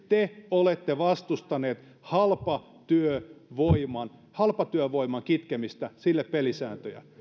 te olette vastustaneet halpatyövoiman halpatyövoiman kitkemistä sille pelisääntöjä